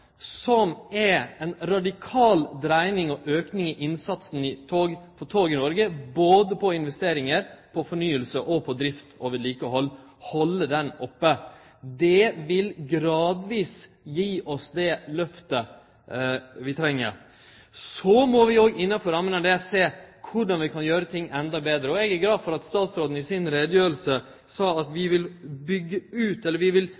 i innsatsen for tog i Noreg, både når det gjeld investeringar, fornying, drift og vedlikehald, og halde han oppe. Det vil gradvis gi oss det lyftet vi treng. Så må vi òg innanfor rammene av det sjå korleis vi kan gjere ting endå betre. Eg er glad for at statsråden i si utgreiing sa at ho ville vurdere korleis vi så raskt som mogleg kan byggje ut